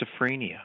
schizophrenia